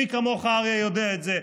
מי כמוך, אריה, יודע את זה.